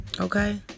Okay